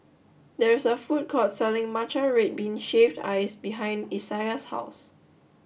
there is a food court selling Matcha Red Bean Shaved Ice behind Isaias' House